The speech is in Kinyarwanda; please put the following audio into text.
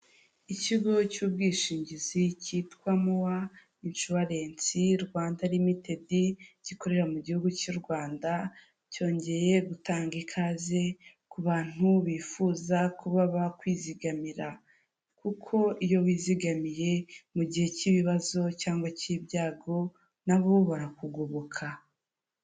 Ikigo cy'ubwishingizi cyitwa mowa inshuwarensi Rwanda rimitedi gikorera mu gihugu cy'u Rwanda, cyongeye gutanga ikaze ku bantu bifuza kuba bakwizigamira, kuko iyo wizigamiye mu gihe cy'ibibazo cyangwa cy'ibyago na bo barakugoboka.